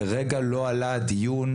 לרגע לא עלה הדיון,